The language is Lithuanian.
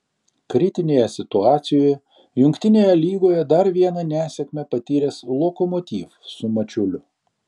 kritinėje situacijoje jungtinėje lygoje dar vieną nesėkmę patyręs lokomotiv su mačiuliu